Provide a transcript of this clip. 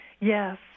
Yes